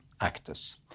actors